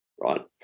Right